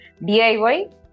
DIY